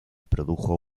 produjo